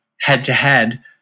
head-to-head